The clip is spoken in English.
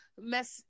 mess